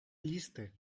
listy